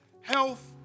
health